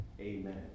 amen